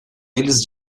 eles